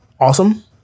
awesome